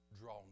draw